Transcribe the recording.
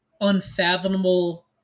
unfathomable